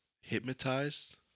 hypnotized